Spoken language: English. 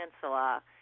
Peninsula